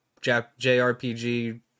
JRPG